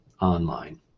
online